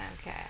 Okay